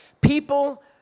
People